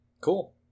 Cool